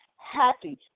Happy